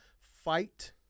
fight